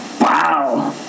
Wow